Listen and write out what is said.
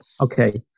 okay